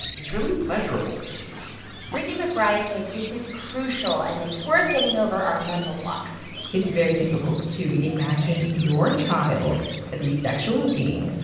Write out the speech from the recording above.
is really pleasurable brittany mcbride says this is crucial, and it's worth getting over our mental blocks it's very difficult to imagine your child as a sexual being,